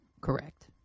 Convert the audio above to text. Correct